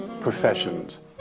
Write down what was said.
professions